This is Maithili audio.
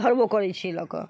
धरबौ करै छियै लकऽ